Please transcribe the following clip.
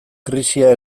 krisia